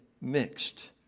mixed